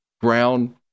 ground